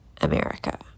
America